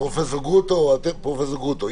פרופ' גרוטו, איתמר,